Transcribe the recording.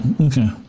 Okay